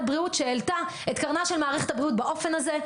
בריאות שהעלתה את קרנה של מערכת הבריאות באופן הזה,